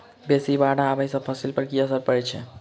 बेसी बाढ़ आबै सँ फसल पर की असर परै छै?